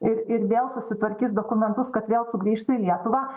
ir ir vėl susitvarkys dokumentus kad vėl sugrįžtų į lietuvą